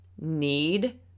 Need